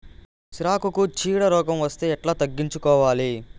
సిరాకుకు చీడ రోగం వస్తే ఎట్లా తగ్గించుకోవాలి?